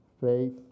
faith